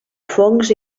fongs